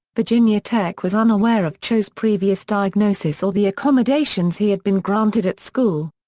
virginia tech was unaware of cho's previous diagnosis or the accommodations he had been granted at school.